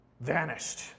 vanished